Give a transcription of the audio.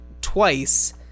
twice